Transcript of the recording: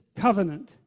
covenant